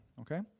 Okay